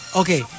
okay